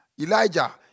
Elijah